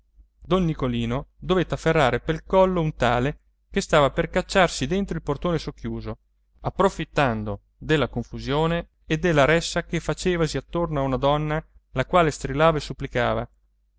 don nicolino dovette afferrare pel collo un tale che stava per cacciarsi dentro il portone socchiuso approfittando della confusione e della ressa che facevasi attorno a una donna la quale strillava e supplicava